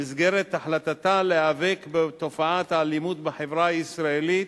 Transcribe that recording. במסגרת החלטתה להיאבק בתופעת האלימות בחברה הישראלית,